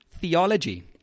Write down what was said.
theology